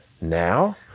now